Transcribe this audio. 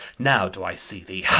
now do i see thee,